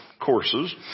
courses